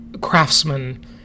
craftsman